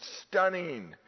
stunning